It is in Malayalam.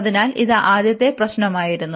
അതിനാൽ ഇത് ആദ്യത്തെ പ്രശ്നമായിരുന്നു